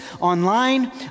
online